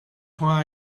why